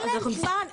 אין להם זמן.